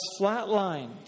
flatlined